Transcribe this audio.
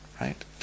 right